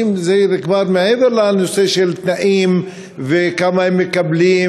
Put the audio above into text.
זה כבר מעבר לנושא של תנאים וכמה הם מקבלים,